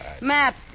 Matt